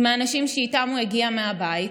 עם האנשים שאיתם הוא הגיע מהבית,